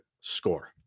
score